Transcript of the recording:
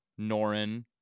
Norin